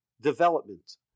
development